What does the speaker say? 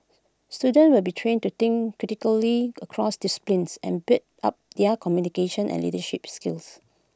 students will be trained to think critically across disciplines and build up their communication and leadership skills